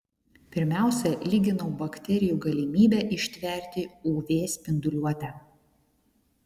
pirmiausia lyginau bakterijų galimybę ištverti uv spinduliuotę